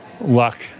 luck